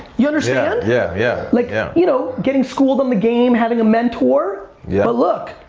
you understand? yeah, yeah. like yeah you know getting schooled on the game, having a mentor. yeah but look,